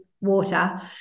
water